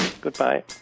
Goodbye